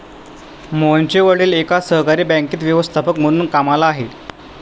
मोहनचे वडील एका सहकारी बँकेत व्यवस्थापक म्हणून कामला आहेत